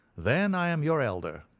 then i am your elder,